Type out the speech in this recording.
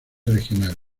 regionales